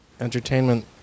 entertainment